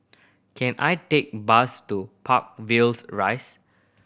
can I take a bus to Park Villas Rise